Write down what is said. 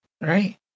Right